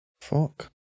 Fuck